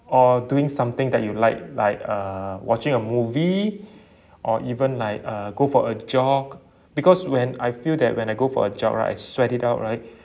or doing something that you like like uh watching a movie or even like uh go for a jog because when I feel that when I go for a jog right I sweat it out right